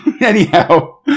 Anyhow